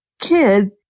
kid